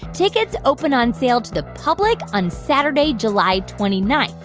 tickets open on sale to the public on saturday, july twenty nine.